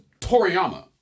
Toriyama